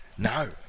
No